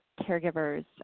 caregivers